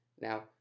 Now